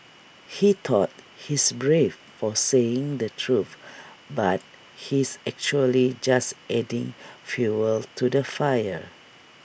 he thought he's brave for saying the truth but he's actually just adding fuel to the fire